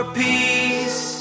peace